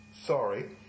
Sorry